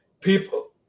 People